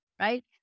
right